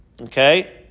okay